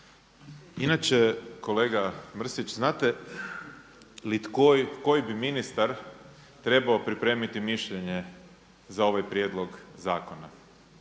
Inače kolega Mrsić znate li koji bi ministar trebao pripremiti mišljenje za ovaj prijedlog zakona?